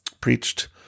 preached